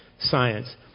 science